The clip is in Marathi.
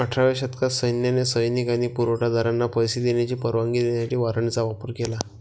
अठराव्या शतकात सैन्याने सैनिक आणि पुरवठा दारांना पैसे देण्याची परवानगी देण्यासाठी वॉरंटचा वापर केला